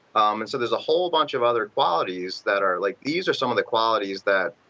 um and so, there's a whole bunch of other qualities that are like these are some of the qualities that